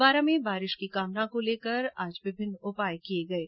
बारां में बारिश की कामना को लेकर आज विमिन्न उपाय किये गये